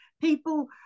People